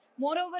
Moreover